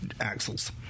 axles